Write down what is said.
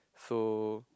so